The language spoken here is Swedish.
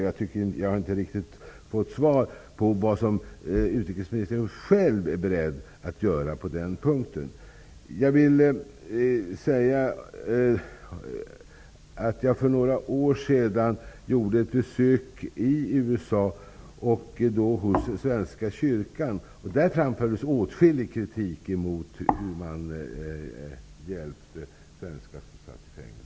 Jag tycker inte att jag riktigt fått svar på frågan om vad utrikesministern själv är beredd att göra på den punkten. Jag gjorde för några år sedan ett besök hos svenska kyrkan i USA. Där framfördes åtskillig kritik mot hur man hjälpte svenskar som satt i fängelse.